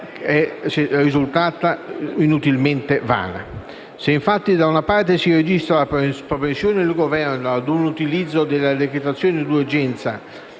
è risultata vana. Se, infatti, da una parte si registra la propensione del Governo ad un utilizzo della decretazione di urgenza